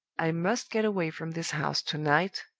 i must get away from this house to-night,